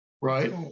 right